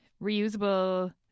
reusable